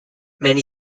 many